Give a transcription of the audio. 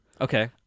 Okay